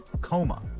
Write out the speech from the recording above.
coma